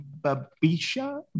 Babisha